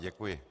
Děkuji.